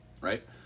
right